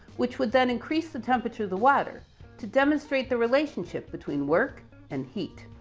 which would then increase the temperature of the water to demonstrate the relationship between work and heat.